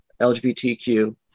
LGBTQ